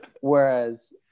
whereas